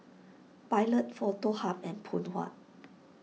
Pilot Foto Hub and Phoon Huat